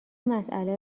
مساله